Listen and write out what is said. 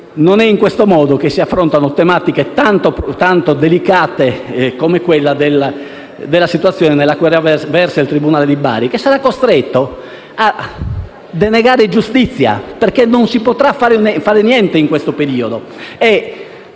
in questo modo che si affrontano tematiche tanto delicate come quella della situazione nella quale versa il tribunale di Bari, che sarà costretto a denegare giustizia perché in questo periodo